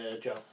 Joe